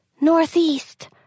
Northeast